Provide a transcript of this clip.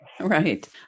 Right